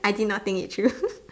I did not think it through